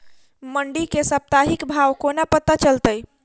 मंडी केँ साप्ताहिक भाव कोना पत्ता चलतै?